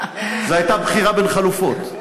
זאת הייתה בחירה בין חלופות.